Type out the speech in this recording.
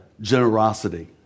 generosity